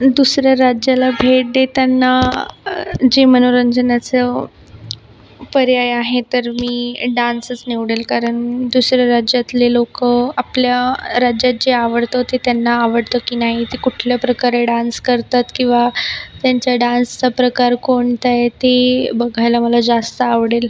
दुसऱ्या राज्याला भेट देताना जे मनोरंजनाचे पर्याय आहेत तर मी डान्सच निवडेल कारण दुसऱ्या राज्यातले लोक आपल्या राज्यात जे आवडते ते त्यांना आवडते की नाही ते कुठल्या प्रकारे डान्स करतात किंवा त्यांच्या डान्सचा प्रकार कोणता आहे ते बघायला मला जास्त आवडेल